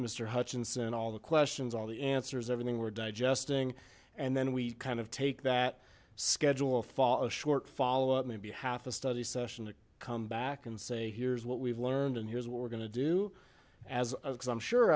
mister hutchinson all the questions all the answers everything we're digesting and then we kind of take that schedule a fall a short follow up maybe half a study session to come back and say here's what we've learned and here's what we're gonna do as i'm sure